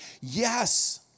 Yes